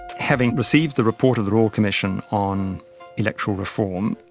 having received the report of the royal commission on electoral reform,